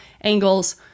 angles